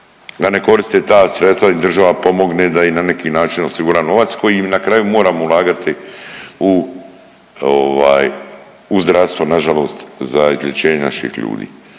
da ne koriste ta sredstva, da im država pomogne, da im na neki način osigura novac koji na kraju moramo ulagati u, ovaj u zdravstvo nažalost za izlječenje naših ljudi.